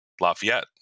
Lafayette